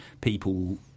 people